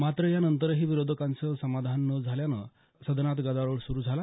मात्र या नंतरही विरोधकांचं समाधान न झाल्यानं सदनात गदारोळ सुरू झाला